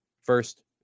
first